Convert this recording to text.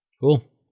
Cool